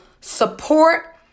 support